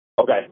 Okay